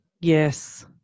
Yes